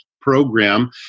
program